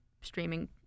streaming